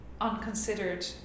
unconsidered